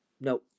no